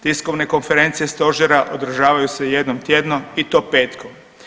Tiskovne konferencije stožera održavaju se jednom tjedno i to petkom.